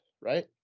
right